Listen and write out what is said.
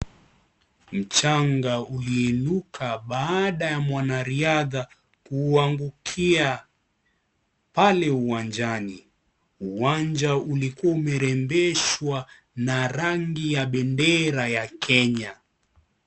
Mchanga uliinuka baada ya mwanariadha kuangukia pale uwanjani, uwanja ulikua umerembeshwa na rangi ya bendera ya Kenya.